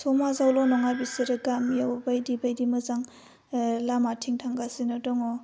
समाजावल' नङा बिसोरो गामियाव बायदि बायदि मोजां लामाथिं थांगासिनो दङ